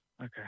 Okay